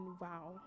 wow